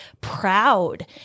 proud